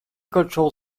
control